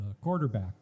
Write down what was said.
quarterback